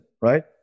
right